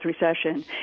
recession